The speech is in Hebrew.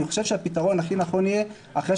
אני חושב שהפתרון הכי נכון יהיה שאחרי